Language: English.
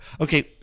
Okay